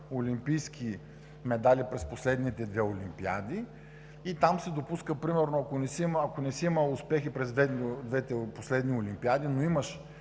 олимпийски медали през последните две олимпиади и там се допуска примерно, ако не си имал успехи през двете последни олимпиади, но имаш